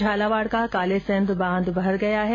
झालावाड़ का कालीसिंध बांध भर गया है